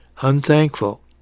Unthankful